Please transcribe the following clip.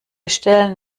stellen